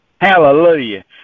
Hallelujah